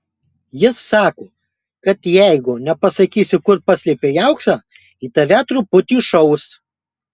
jis sako kad jeigu nepasakysi kur paslėpei auksą į tave truputį šaus